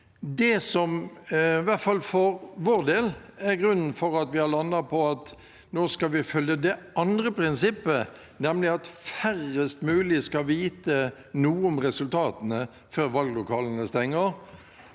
Det som i hvert fall for vår del er grunnen til at vi har landet på at vi nå skal følge det andre prinsippet, nemlig at færrest mulig skal vite noe om resultatene før valglokalene stenger,